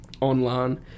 online